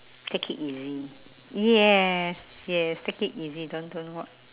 take it easy yes yes take it easy don't don't wo~